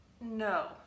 No